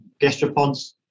gastropods